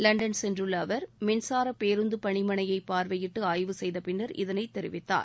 London சென்றுள்ள அவர் மின்சாரப் பேருந்து பணிமனையை பார்வையிட்டு ஆய்வு செய்த பின்னர் இதனைத் தெரிவித்தார்